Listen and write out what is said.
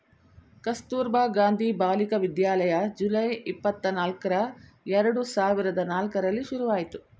Kasturba Gandhi Balika Vidyalaya July, ಇಪ್ಪತನಲ್ಕ್ರ ಎರಡು ಸಾವಿರದ ನಾಲ್ಕರಲ್ಲಿ ಶುರುವಾಯ್ತು